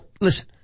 Listen